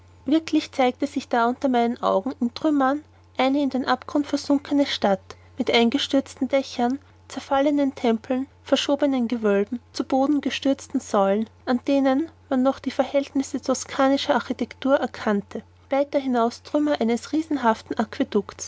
wirklich zeigte sich da unter meinen augen in trümmern eine in den abgrund versunkene stadt mit eingestürzten dächern zerfallenen tempeln verschobenen gewölben zu boden gestürzten säulen an denen man noch die verhältnisse toskanischer architektur erkannte weiter hinaus trümmer eines riesenhaften